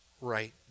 right